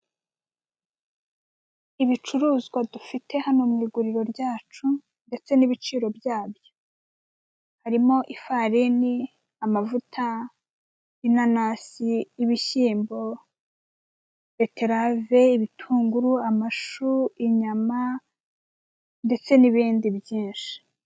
Ibicuruzwa dufite hano mu iguriro ryacu ndetse n'ibiciro byabyo, harimo ifarini, amavuta, inanasi, ibishyimbo, beterave, ibitunguru, amashu, inyama , ndetse nn'ibindi byinshi.